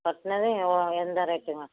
கட்டினது எந்த ரேட்டுங்க